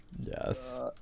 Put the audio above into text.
Yes